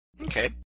Okay